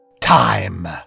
Time